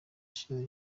ashize